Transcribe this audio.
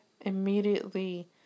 immediately